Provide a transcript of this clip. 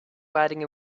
riding